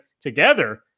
together